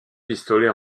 pistolet